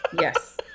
yes